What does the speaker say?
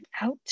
out